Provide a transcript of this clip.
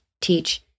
teach